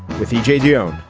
with e j. dionne.